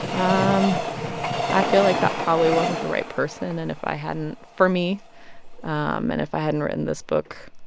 um i feel like that probably wasn't the right person. and if i hadn't for me um and if i hadn't written this book,